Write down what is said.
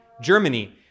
Germany